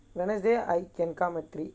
wednesday I can come at three